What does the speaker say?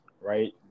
right